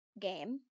game